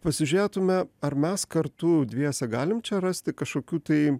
pasižiūrėtume ar mes kartu dviese galim čia rasti kažkokių tai